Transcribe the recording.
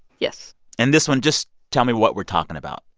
yes and this one, just tell me what we're talking about.